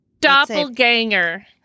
doppelganger